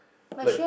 like